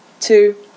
two